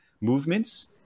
movements